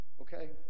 Okay